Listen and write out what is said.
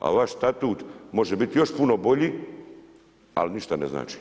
A vaš statut može biti još puno bolji, ali ništa ne znači.